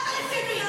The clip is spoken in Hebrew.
לא הבנתי.